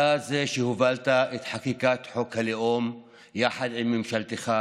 אתה זה שהובלת את חקיקת חוק הלאום יחד עם ממשלתך,